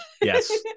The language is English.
Yes